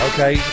Okay